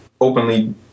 openly